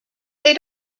they